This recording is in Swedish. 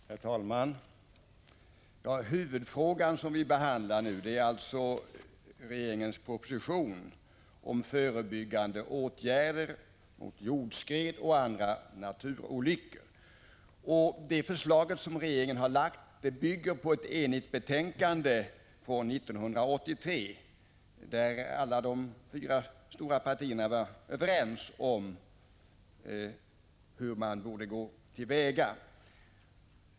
Herr talman! Huvudfrågan som vi behandlar nu är alltså regeringens proposition om förebyggande åtgärder mot jordskred och andra naturolyckor. Det förslag som regeringen har lagt fram bygger på ett enhälligt betänkande från 1983, där alla de fyra stora partierna var överens om hur man borde gå till väga.